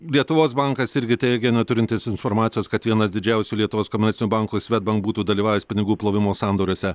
lietuvos bankas irgi teigia neturintis informacijos kad vienas didžiausių lietuvos komercinių bankų svedbank būtų dalyvavęs pinigų plovimo sandoriuose